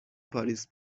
پاریس